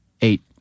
eight